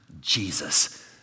Jesus